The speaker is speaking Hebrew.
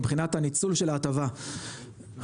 מבחינת הניצול של ההטבה -- זה